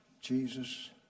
Jesus